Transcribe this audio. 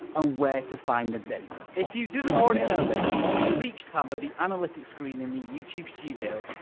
ah where to find the data. if you didn't already know this, on the reach tab of the analytics screen in the youtube studio,